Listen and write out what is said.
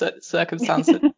circumstances